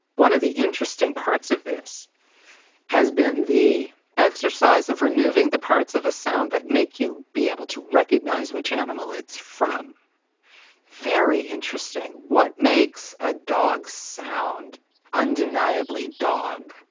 one of the interesting parts of this has been the exercise of removing the parts of a sound that make you be able to recognize which animal it's from very interesting. what makes a dog sound undeniably dog?